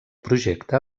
projecte